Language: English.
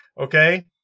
okay